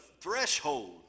threshold